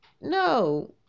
no